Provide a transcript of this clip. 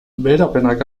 beherapenak